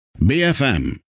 BFM